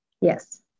Yes